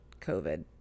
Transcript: COVID